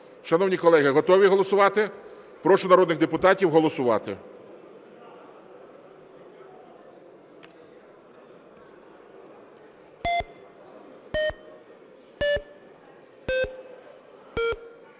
Шановні колеги, готові голосувати? Прошу народних депутатів голосувати.